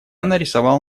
нарисовал